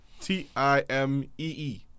T-I-M-E-E